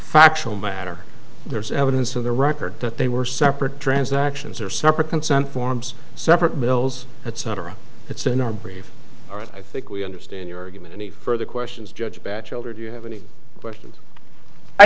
factual matter there's evidence of the record that they were separate transactions or separate consent forms separate bills etc it's in our brief or i think we understand your argument any further questions judge batchelder do you have any questions i